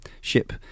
ship